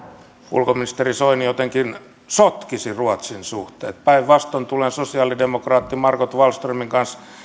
ulkoministeri soini jotenkin sotkisi ruotsin suhteet päinvastoin tulen sosiaalidemokraatti margot wallströmin kanssa